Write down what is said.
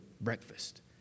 breakfast